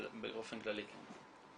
אבל באופן כללי כן.